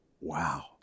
wow